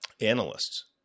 analysts